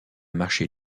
marché